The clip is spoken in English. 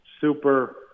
super